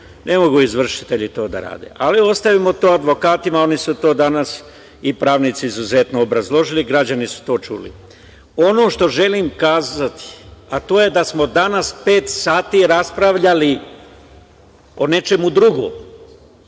ne mogu izvršitelji to da rade, ali ostavimo to advokatima, oni su danas, ti pravnici izuzetno obrazložili, građani su to čuli. Ono što želim reći, to je da smo danas pet sati raspravljali o nečemu drugom.